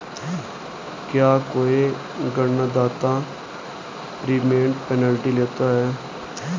क्या कोई ऋणदाता प्रीपेमेंट पेनल्टी लेता है?